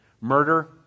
murder